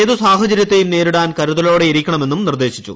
ഏതു സാഹചര്യത്തെയും നേരിടാൻ കൃത്രുതലോടയിരിക്കണമെന്നും നിർദ്ദേശിച്ചു